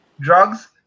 drugs